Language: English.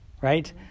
right